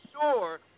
sure